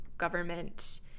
government